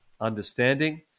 understanding